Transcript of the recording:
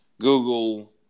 Google